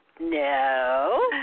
No